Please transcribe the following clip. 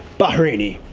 baharaini.